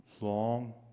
long